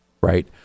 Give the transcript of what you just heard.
right